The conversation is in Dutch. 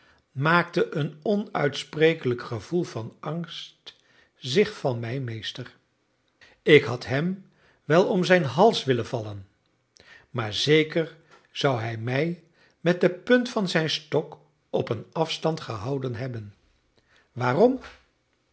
maakte een onuitsprekelijk gevoel van angst zich van mij meester ik had hem wel om zijn hals willen vallen maar zeker zou hij mij met de punt van zijn stok op een afstand gehouden hebben waarom